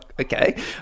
okay